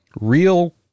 real